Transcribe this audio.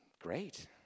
great